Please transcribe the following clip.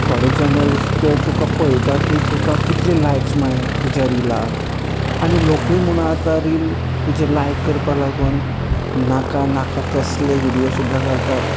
थोडे चॅनल्स ते तुका पळयता की तुका कितले लायक्स म्हळें तुज्या रिलाक आनी लोकूय म्हूण आतां रिल तुजे लायक करपाक लागून नाका नाका तसले व्हिडियो सुद्दां घालतात